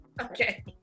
Okay